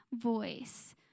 voice